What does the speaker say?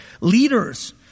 leaders